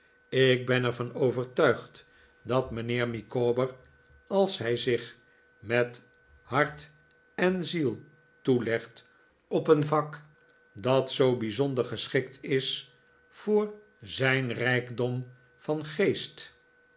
ik ben er van overtuigd dat mijnheer micawber als hij zich met hart en ziel toelegt op een vak dat zoo bijzonder geschikt is voor zijn rijkdom van geest